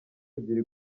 ebyiri